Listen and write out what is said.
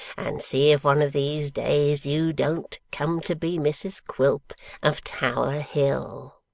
and see if one of these days you don't come to be mrs quilp of tower hill